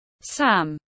Sam